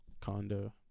condo